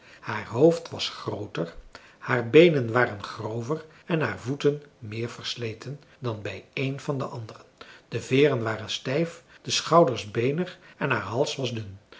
haar hoofd was grooter haar beenen waren grover en haar voeten meer versleten dan bij een van de anderen de veeren waren stijf de schouders beenig en haar hals was dun